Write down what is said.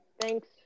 thanks